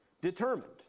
determined